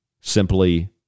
simply